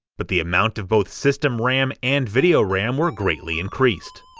but the amount of both system ram and video ram were greatly increased.